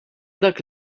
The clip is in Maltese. dak